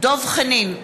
דב חנין,